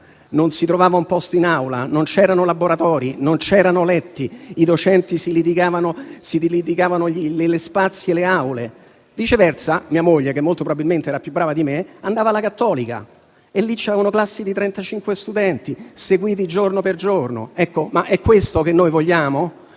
non si trovava posto in aula, non c'erano laboratori e letti, i docenti si litigavano gli spazi e le aule. Viceversa, mia moglie, che molto probabilmente era più brava di me, andava alla Cattolica, dove c'erano classi di 35 studenti seguiti giorno per giorno. È questo che vogliamo?